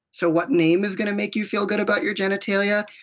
so what name is going to make you feel good about your genitalia?